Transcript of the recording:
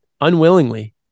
unwillingly